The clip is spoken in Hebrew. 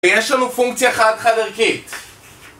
יש לנו פונקציה חד-חד-ערכית.